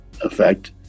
effect